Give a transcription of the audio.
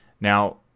Now